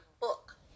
book